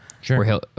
Sure